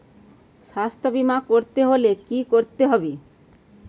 স্বাস্থ্যবীমা করতে হলে কি করতে হবে?